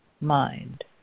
mind